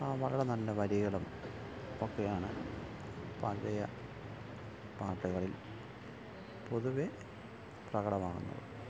ആ വളരെ നല്ല വരികളും ഒക്കെയാണ് പഴയ പാട്ടുകളിൽ പൊതുവെ പ്രകടമാകുന്നത്